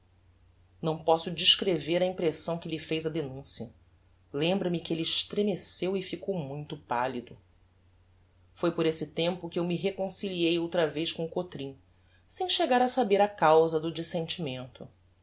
não posso descrever a impressão que lhe fez a denuncia lembra-me que elle estremeceu e ficou muito pallido foi por esse tempo que eu me reconciliei outra vez com o cotrim sem chegar a saber a causa do dissentimento